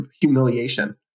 humiliation